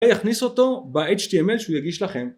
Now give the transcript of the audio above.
ויכניס אותו ב html שהוא יגיש לכם